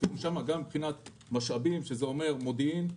גם מבחינת משאבים, שזה אומר מודיעין,